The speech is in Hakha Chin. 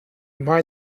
hmai